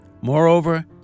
Moreover